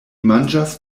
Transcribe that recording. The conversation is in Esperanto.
manĝas